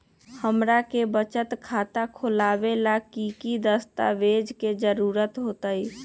हमरा के बचत खाता खोलबाबे ला की की दस्तावेज के जरूरत होतई?